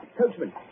Coachman